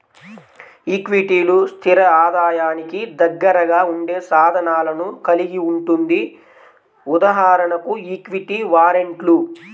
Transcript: ఈక్విటీలు, స్థిర ఆదాయానికి దగ్గరగా ఉండే సాధనాలను కలిగి ఉంటుంది.ఉదాహరణకు ఈక్విటీ వారెంట్లు